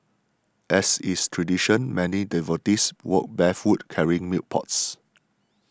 as is tradition many devotees walked barefoot carrying milk pots